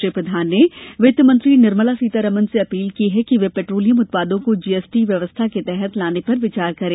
श्री प्रधान ने वित्तमंत्री निर्मला सीतारामन से अपील की कि वे पेट्रोलियम उत्पादों को जीएसटी व्यवस्था के तहत लाने पर विचार करें